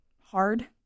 hard